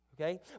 Okay